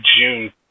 June